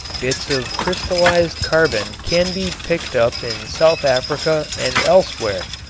bits of crystallized carbon can be picked up in south africa and elsewhere,